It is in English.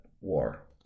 war